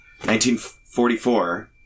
1944